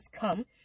come